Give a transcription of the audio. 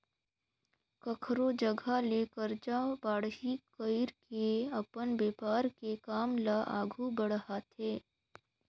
कखरो जघा ले करजा बाड़ही कइर के अपन बेपार के काम ल आघु बड़हाथे